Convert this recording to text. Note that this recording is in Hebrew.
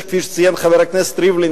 שכפי שציין חבר הכנסת ריבלין,